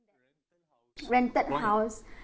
rented house